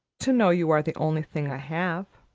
to know you are the only thing i have.